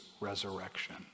resurrection